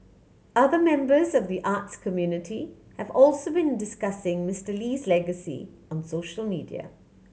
other members of the arts community have also been discussing Mister Lee's legacy on social media